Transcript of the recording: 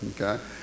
Okay